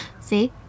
See